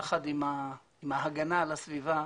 יחד עם ההגנה על הסביבה,